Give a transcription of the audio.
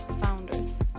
founders